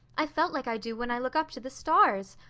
i felt like i do when i look up to the stars.